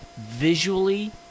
Visually